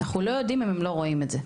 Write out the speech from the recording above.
אנחנו לא יודעים אם הם לא רואים את זה,